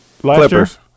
Clippers